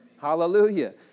hallelujah